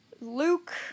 Luke